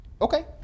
Okay